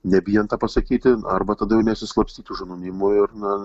nebijant tą pasakyti arba tada jau nesislapstyti už anonimų ir na